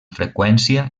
freqüència